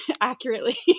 accurately